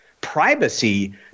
privacy